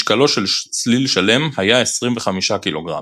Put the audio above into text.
משקלו של סליל שלם היה 25 ק"ג.